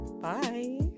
bye